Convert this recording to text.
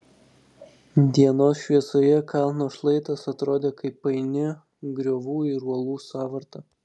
dienos šviesoje kalno šlaitas atrodė kaip paini griovų ir uolų sąvarta